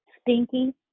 stinky